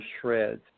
shreds